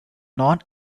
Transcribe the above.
non